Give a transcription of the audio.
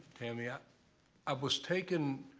tammy. ah i was taken